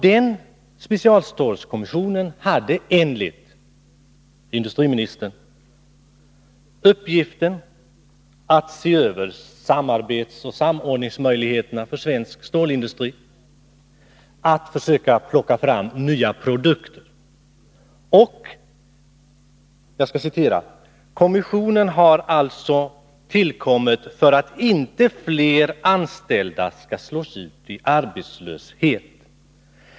Denna specialstålskommission hade enligt industriministern uppgiften att se över samarbetsoch samordningsmöjligheterna för svensk stålindustri och att försöka få fram nya produkter. ”Kommissionen har alltså tillkommit för att inte fler anställda skall slås ut i arbetslöshet.